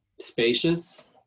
spacious